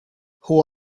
who